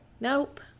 Nope